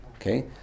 Okay